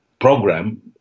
program